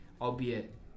albeit